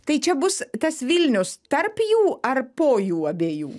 tai čia bus tas vilnius tarp jų ar po jų abiejų